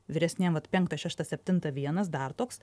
vyresniem vat penkta šešta septinta vienas dar toks